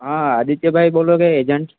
હાં આદિત્યભાઈ બોલો કે એજન્ટ